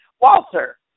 Walter